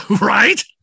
right